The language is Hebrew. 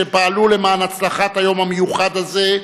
שפעלו למען הצלחת היום המיוחד הזה,